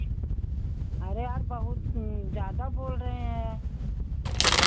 अरे यार बहुत ज़्यादा बोल रहे हैं